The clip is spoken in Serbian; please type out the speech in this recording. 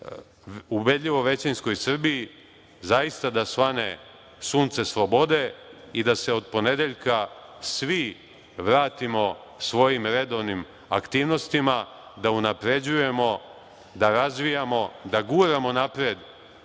ubedljivo većinskoj Srbiji zaista da svane sunce slobode i da se od ponedeljka svi vratimo svojim redovnim aktivnostima, da unapređujemo, da razvijamo, da guramo napred